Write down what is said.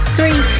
Three